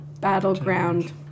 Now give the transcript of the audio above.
battleground